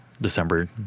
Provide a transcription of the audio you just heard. December